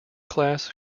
class